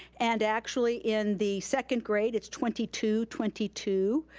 and actually in the second grade, it's twenty two, twenty two,